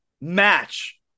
match